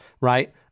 right